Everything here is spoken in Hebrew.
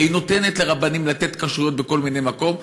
הרי היא נותנת לרבנים לתת כשרויות בכל מיני מקומות.